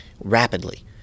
rapidly